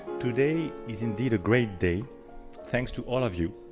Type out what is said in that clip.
today is indeed a great day thanks to all of you.